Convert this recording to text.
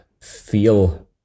feel